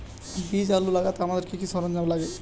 বীজ আলু লাগাতে আমাদের কি কি সরঞ্জাম লাগে?